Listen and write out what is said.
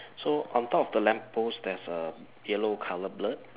so on top of the lamp post there's a yellow color bird